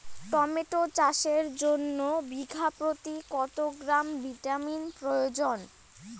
Tomato চাষের জন্য বিঘা প্রতি কত গ্রাম ভিটামিন প্রয়োজন?